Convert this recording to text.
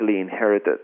inherited